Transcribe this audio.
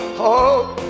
hope